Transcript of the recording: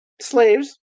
slaves